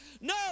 no